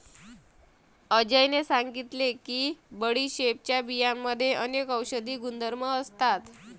अजयने सांगितले की बडीशेपच्या बियांमध्ये अनेक औषधी गुणधर्म असतात